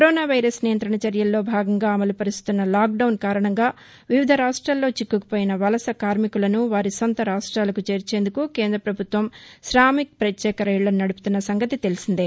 corona virus నియంత్రణ చర్యల్లో భాగంగా అమలు పరుస్తున్న లాక్డౌన్ కారణంగా వివిధ రాష్టాల్లో చిక్కుకుపోయిన వలస కార్మికులను వారి సొంత రాష్టాలకు చేర్చేందుకు కేంద్ర పభుత్వం శామిక్ పత్యేక రైక్లను నడుపుతున్న సంగతి తెలిసిందే